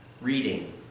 reading